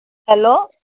hello